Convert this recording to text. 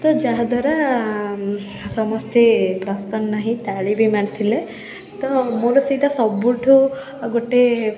ତ ଯାହାଦ୍ୱାରା ସମସ୍ତେ ପ୍ରସନ୍ନ ହେଇ ତାଳି ବି ମାରିଥିଲେ ତ ମୋର ସେଇଟା ସବୁଠୁ ଗୋଟେ